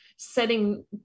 setting